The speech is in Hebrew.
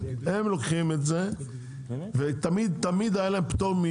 הם לוקחים את זה ותמיד תמיד היה להם פטור,